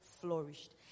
flourished